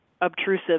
obtrusive